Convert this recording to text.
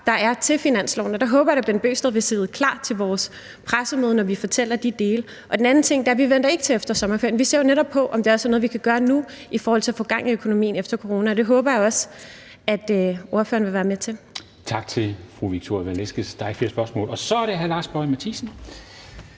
der er til finansloven, og der håber jeg da, at hr. Bent Bøgsted vil sidde klar til vores pressemøde, når vi fortæller om de dele. En anden ting er, at vi ikke venter til efter sommerferien. Vi ser netop på, om det er noget, vi kan gøre nu i forhold til at få gang i økonomien efter coronakrisen. Det håber jeg også at ordføreren vil være med til. Kl. 14:10 Formanden (Henrik Dam Kristensen): Til fru Victoria Velasquez. Der er ikke flere spørgsmål. Og så er det hr. Lars Boje Mathiesen,